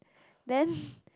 then